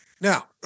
Now